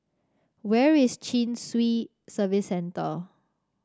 where is Chin Swee Service Centre